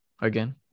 again